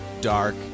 dark